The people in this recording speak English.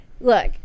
look